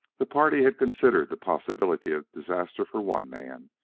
the party had considered the possibility of disaster for one man,